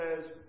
says